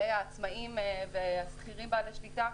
העצמאיים והשכירים בעלי שליטה,